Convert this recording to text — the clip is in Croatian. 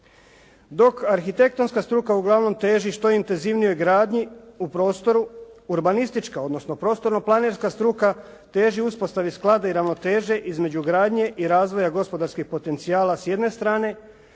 Dok arhitektonska struka uglavnom teži što intenzivnijoj gradnji u prostoru, urbanistička, odnosno prostorno-planerska struka teži uspostavi sklada i ravnoteže između gradnje i razvoja gospodarskih potencijala s jedne strane